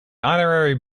honorary